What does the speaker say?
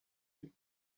him